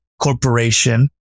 corporation